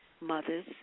mothers